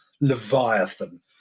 Leviathan